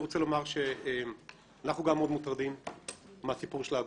אנחנו גם מאוד מוטרדים מהסיפור של האגודות.